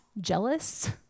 jealous